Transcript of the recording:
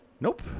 Nope